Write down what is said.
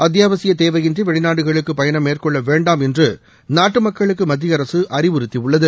அத்தியாவசிய தேவையின்றி வெளிநாடுகளுக்கு பயணம் மேற்கொள்ள வேண்டாம் என்று நாட்டு மக்களுக்கு மத்திய அரசு அறிவுறுத்தியுள்ளது